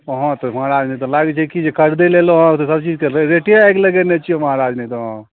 अहाँ तऽ महाराज नहि तऽ लागै छै कि खरिदैलए अएलहुँ हँ अहाँ तऽ सब चीजके रेटे आगि लगेने छी महाराज नहितँ